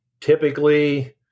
Typically